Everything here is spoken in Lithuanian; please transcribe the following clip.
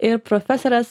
ir profesorės